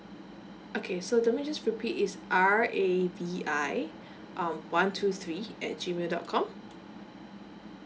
okay so to me just repeat is R A V I uh one two three at G mail dot com